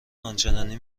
آنچنانی